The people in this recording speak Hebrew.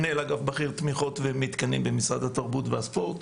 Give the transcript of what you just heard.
מנהל אגף בכיר תמיכות ומתקנים במשרד התרבות והספורט.